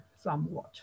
somewhat